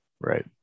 Right